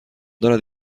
دارد